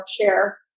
share